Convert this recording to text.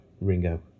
Ringo